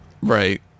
Right